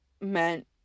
meant